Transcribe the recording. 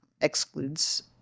excludes